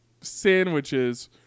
sandwiches